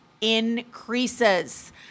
increases